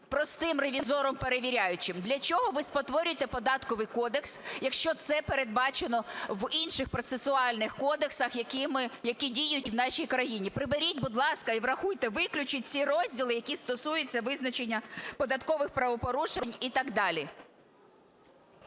простим ревізором (перевіряючим)? Для чого ви спотворюєте Податковий кодекс, якщо це передбачено в інших процесуальних кодексах, які діють в нашій країні? Приберіть, будь ласка, і врахуйте. Виключіть ці розділи, які стосуються визначення податкових правопорушень і так далі.